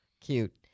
Cute